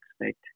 expect